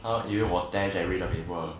他以为我 tear jerry 的 paper